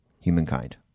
humankind